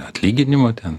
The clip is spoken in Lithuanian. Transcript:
atlyginimo ten